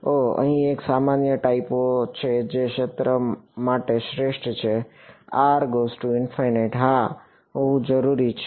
ઓહ અહીં એક અન્ય ટાઇપો છે જે ક્ષેત્ર માટે શ્રેષ્ઠ છે આ હા હોવું જોઈએ